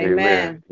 Amen